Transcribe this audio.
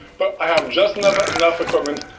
but i have just and but enough equipment,